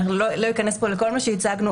אני לא איכנס פה לכל מה שהצגנו.